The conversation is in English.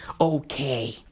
Okay